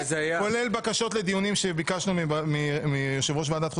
כולל בקשות לדיונים שביקשנו מיושב-ראש ועדת חוץ